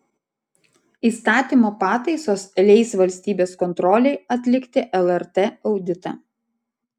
įstatymo pataisos leis valstybės kontrolei atlikti lrt auditą